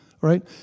right